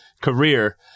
career